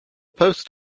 post